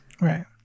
right